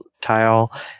tile